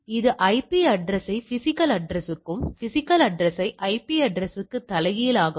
ஒரு கை வர்க்கப் பரவலின் சராசரி என்பது கட்டின்மை கூறுகள் ஆகும்